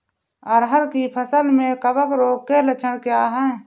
अरहर की फसल में कवक रोग के लक्षण क्या है?